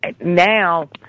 now